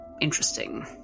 interesting